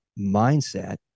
mindset